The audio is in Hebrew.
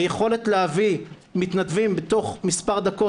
היכולת להביא מתנדבים בתוך מספר דקות,